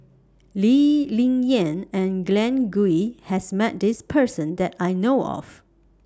Lee Ling Yen and Glen Goei has Met This Person that I know of